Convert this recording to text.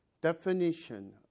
definition